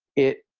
it.